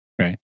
right